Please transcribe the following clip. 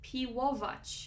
Piłować